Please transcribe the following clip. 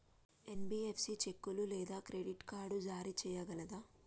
NBFC చెక్కులు లేదా credit card జారీ చేయగలదా?